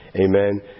Amen